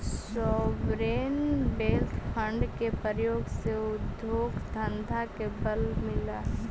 sovereign wealth fund के प्रयोग से उद्योग धंधा के बल मिलऽ हई